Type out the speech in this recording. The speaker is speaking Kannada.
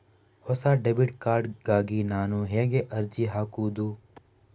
ಹೊಸ ಡೆಬಿಟ್ ಕಾರ್ಡ್ ಗಾಗಿ ನಾನು ಹೇಗೆ ಅರ್ಜಿ ಹಾಕುದು?